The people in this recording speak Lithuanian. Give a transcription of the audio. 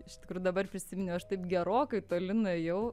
iš tikrų dabar prisiminiau aš taip gerokai toli nuėjau